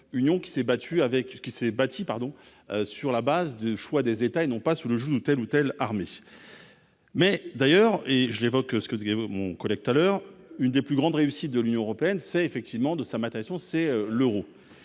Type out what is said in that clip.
ce qui s'est bâti, pardon, sur la base du choix des États et non pas sous le joug de telle ou telle armée mais d'ailleurs, et je l'évoque ce que de Gabon collecte à l'heure, une des plus grandes réussites de l'Union européenne, c'est effectivement de sa maîtresse, sait l'Euro,